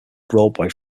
broadway